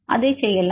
அதை செய்யலாம்